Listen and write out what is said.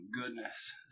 goodness